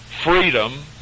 freedom